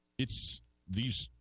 it's these